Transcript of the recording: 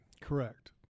Correct